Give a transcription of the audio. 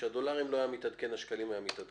כאשר טור הדולרים לא התעדכן ואילו טור השקלים היה מתעדכן.